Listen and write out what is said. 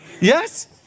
Yes